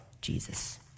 Jesus